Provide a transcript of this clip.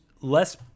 less